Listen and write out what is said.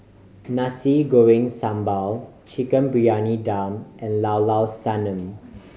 Nasi Goreng Sambal Chicken Briyani Dum and Llao Llao Sanum